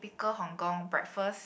typical Hong-Kong breakfast